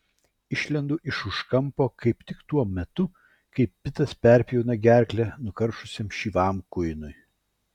išlendu iš už kampo kaip tik tuo metu kai pitas perpjauna gerklę nukaršusiam šyvam kuinui